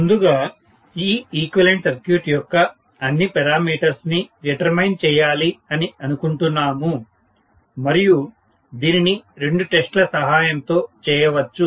ముందుగా ఈ equivalent circuit యొక్క అన్ని పారామీటర్స్ ని డిటెర్మ్యిన్ చేయాలి అని అనుకుంటున్నాము మరియు దీనిని రెండు టెస్ట్ ల సహాయం తో చేయొచ్చు